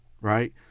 right